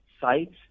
sites